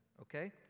okay